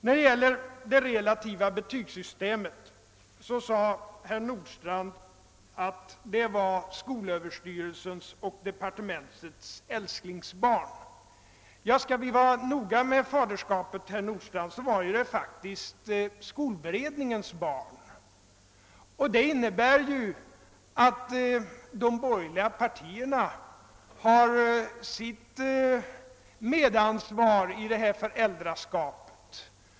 När det gäller det relativa betygssystemet sade herr Nordstrandh att det var skolöverstyrelsens och departementets älsklingsbarn. Skall vi vara noga med £aderskapet är detta system skolberedningens barn, och det innebär att de borgerliga partierna har sitt medansvar i fråga om föräldraskapet.